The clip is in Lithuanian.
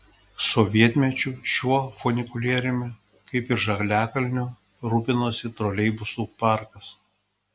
sovietmečiu šiuo funikulieriumi kaip ir žaliakalnio rūpinosi troleibusų parkas